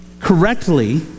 correctly